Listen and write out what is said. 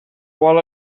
vol